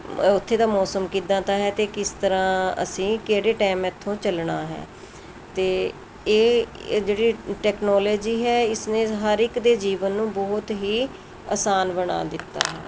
ਉੱਥੇ ਤਾਂ ਮੌਸਮ ਕਿੱਦਾਂ ਦਾ ਹੈ ਤੇ ਕਿਸ ਤਰ੍ਹਾਂ ਅਸੀਂ ਕਿਹੜੇ ਟਾਈਮ ਇੱਥੋਂ ਚੱਲਣਾ ਹੈ ਤੇ ਇਹ ਜਿਹੜੀ ਟੈਕਨੋਲਜੀ ਹੈ ਇਸਨੇ ਹਰ ਇੱਕ ਦੇ ਜੀਵਨ ਨੂੰ ਬਹੁਤ ਹੀ ਆਸਾਨ ਬਣਾ ਦਿੱਤਾ ਹੈ